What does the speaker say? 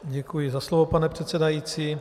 Děkuji za slovo, pane předsedající.